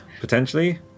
potentially